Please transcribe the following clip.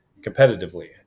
competitively